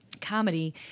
comedy